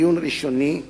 עיון ראשוני,